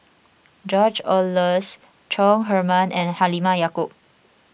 George Oehlers Chong Heman and Halimah Yacob